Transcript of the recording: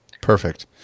Perfect